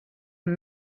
amb